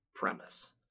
Premise